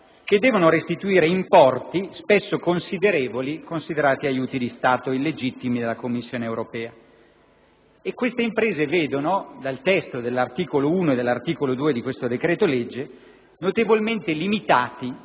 che devono restituire importi spesso considerevoli, considerati aiuti di Stato illegittimi dalla Commissione europea. Queste imprese vedono dal testo degli articoli 1 e 2 di questo decreto‑legge notevolmente limitati